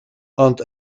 ond